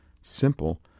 simple